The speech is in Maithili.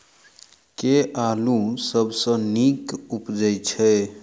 केँ आलु सबसँ नीक उबजय छै?